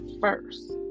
first